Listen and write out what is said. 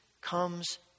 comes